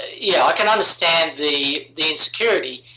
yeah can understand the the insecurity.